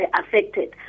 affected